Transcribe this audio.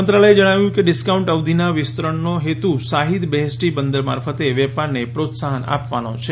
મંત્રાલયે જણાવ્યું કે ડિસ્કાઉન્ટ અવધિના વિસ્તરણનો હેતુ શાહિદ બેહેષ્ટી બંદર મારફતે વેપારને પ્રોત્સાફન આપવાનો છે